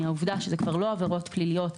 מהעובדה שאלה כבר לא עבירות פליליות,